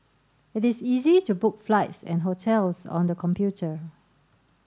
it is easy to book flights and hotels on the computer